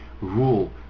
rule